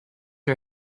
her